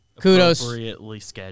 kudos